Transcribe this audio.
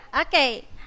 Okay